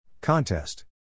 Contest